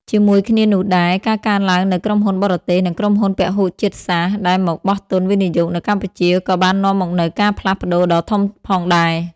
ជាមួយគ្នានោះដែរ ការកើនឡើងនូវក្រុមហ៊ុនបរទេស និងក្រុមហ៊ុនពហុជាតិសាសន៍ ដែលមកបោះទុនវិនិយោគនៅកម្ពុជា ក៏បាននាំមកនូវការផ្លាស់ប្ដូរដ៏ធំផងដែរ។